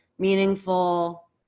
Meaningful